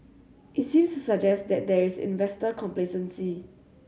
it seems to suggest that there is investor complacency